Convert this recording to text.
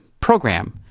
program